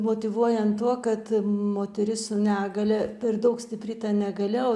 motyvuojant tuo kad moteris su negalia per daug stipri ta negalia o